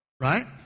Right